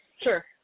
Sure